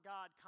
God